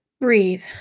breathe